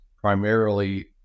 primarily